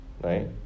right